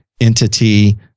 entity